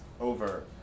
over